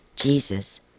Jesus